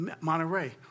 Monterey